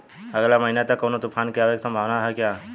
अगले महीना तक कौनो तूफान के आवे के संभावाना है क्या?